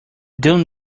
dune